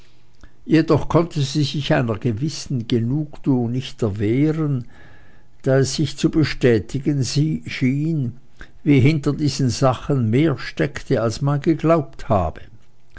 jedoch konnte sie sich einer gewissen genugtuung nicht erwehren da es sich zu bestätigen schien wie hinter diesen sachen mehr stecke als man geglaubt habe